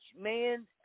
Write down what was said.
man